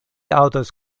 aŭdas